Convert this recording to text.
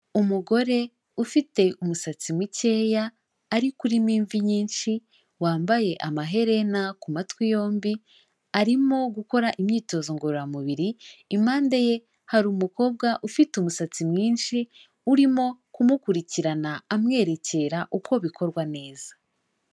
Umugore ufite umusatsi mukeya ariko urimo imvi nyinshi, wambaye amaherena ku matwi yombi, arimo gukora imyitozo ngororamubiri, impande ye hari umukobwa ufite umusatsi mwinshi urimo kumukurikirana amwerekera uko bikorwa neza.